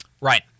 Right